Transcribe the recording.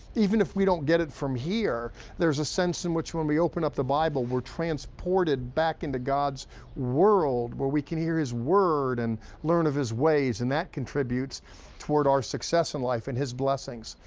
even if we don't get it from here, there's a sense in which when we open up the bible we're transported back into god's world, where we can hear his word and learn of his ways, and that contributes toward our success in life and his blessings.